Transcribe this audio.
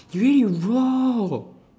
you eat it raw